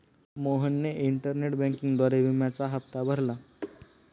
मोहनने इंटरनेट बँकिंगद्वारे विम्याचा हप्ता भरला